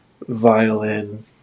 violin